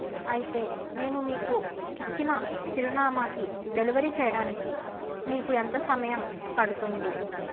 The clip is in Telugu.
అయితే నేను మీకు ఇచ్చిన చిరునామాకి డెలివరీ చేయడానికి మీకు ఎంత సమయం పడుతుంది